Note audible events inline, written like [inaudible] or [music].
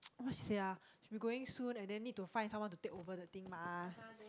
[noise] what she say ah she'll be going soon and then need to find someone to take over the thing mah